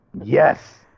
Yes